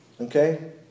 okay